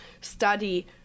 study